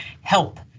help